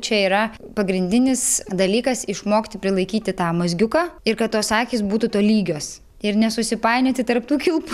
čia yra pagrindinis dalykas išmokti prilaikyti tą mazgiuką ir kad tos akys būtų tolygios ir nesusipainioti tarp tų kilpų